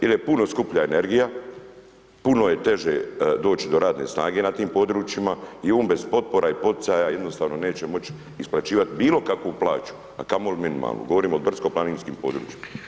Jer je puno skuplja energija, puno je teže doći do radne snage na tim područjima i on bez potpora i poticaja jednostavno neće moći isplaćivati bilo kakvu plaću a kamoli minimalnu, govorim o brdsko planinskim područjima.